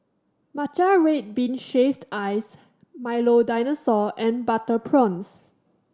matcha red bean shaved ice Milo Dinosaur and butter prawns